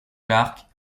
clark